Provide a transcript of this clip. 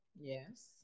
Yes